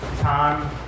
time